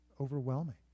overwhelming